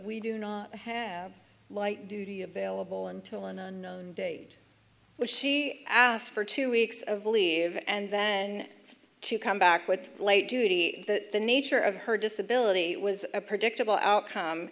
we do not have light duty available until an unknown date was she asked for two weeks of leave and then come back with light duty that the nature of her disability was a predictable outcome